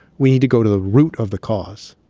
we need to go to the root of the cause,